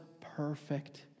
perfect